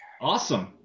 Awesome